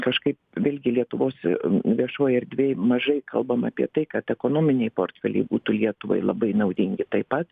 kažkaip vėlgi lietuvos viešoj erdvėj mažai kalbam apie tai kad ekonominiai portfeliai būtų lietuvai labai naudingi taip pat